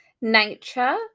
Nature